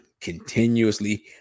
continuously